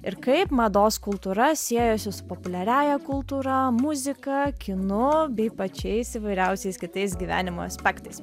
ir kaip mados kultūra siejosi su populiariąja kultūra muzika kinu bei pačiais įvairiausiais kitais gyvenimo aspektais